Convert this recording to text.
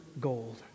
gold